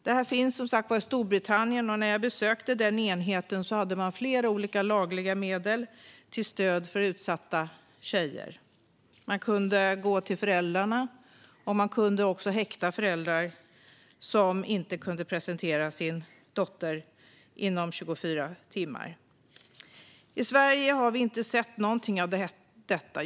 Denna enhet finns i Storbritannien, och när jag besökte enheten framkom att de har tillgång till flera olika lagliga medel att ingripa med till stöd för utsatta flickor. Man kan till exempel häkta föräldrar som inte kan presentera sin dotter för enheten inom 24 timmar. I Sverige har vi inte sett något av detta.